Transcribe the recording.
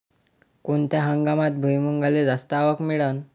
कोनत्या हंगामात भुईमुंगाले जास्त आवक मिळन?